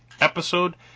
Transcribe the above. episode